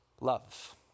love